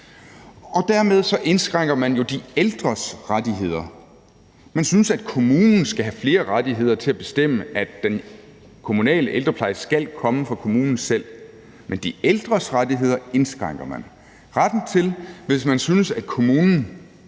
Og dermed indskrænker man jo de ældres rettigheder. Man synes, at kommunerne skal have flere rettigheder til at bestemme, at den kommunale ældrepleje skal komme fra kommunen selv, men de ældres rettigheder indskrænker man. Retten til så at vælge en